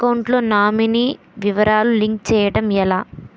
Account లో nominee వివరాలు link చేయటం ఎలా?